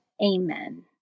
Amen